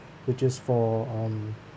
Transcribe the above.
which is for um